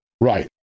right